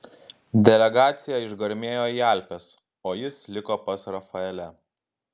delegacija išgarmėjo į alpes o jis liko pas rafaelę